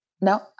No